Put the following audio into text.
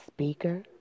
speaker